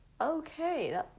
okay